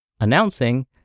Announcing